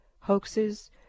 hoaxes